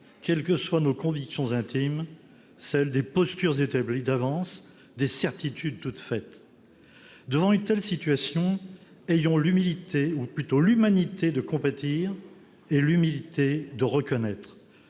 quelles que soient nos convictions intimes, celle des postures établies d'avance, des certitudes toutes faites. Devant une telle situation, ayons l'humanité de compatir et l'humilité de reconnaître.